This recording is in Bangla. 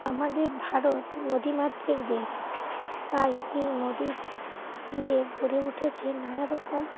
আমাদের ভারত নদীমাতৃক দেশ তাই এই নদীর তীরে গড়ে উঠেছে নানা রকম